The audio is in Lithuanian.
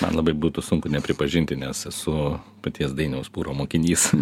man labai būtų sunku nepripažinti nes esu paties dainiaus pūro mokinys